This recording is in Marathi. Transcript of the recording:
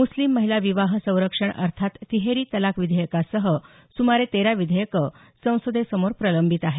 मुस्लीम महिला विवाह संरक्षण अर्थात तिहेरी तलाक विधेयकासह सुमारे तेरा विधेयकं संसदेसमोर प्रलंबित आहेत